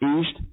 east